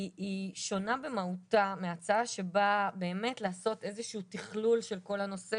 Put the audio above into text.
היא שונה במהותה מההצעה שבאה באמת לעשות איזשהו תכלול של כל הנושא,